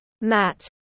Matt